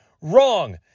wrong